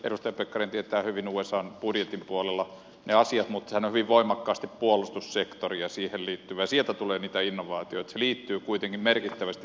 edustaja pekkarinen tietää hyvin usan budjetin puolella ne asiat mutta sehän on hyvin voimakkaasti puolustussektori ja siihen liittyvä ja sieltä tulee niitä innovaatioita että se liittyy kuitenkin merkittävästi siihen